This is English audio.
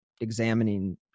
examining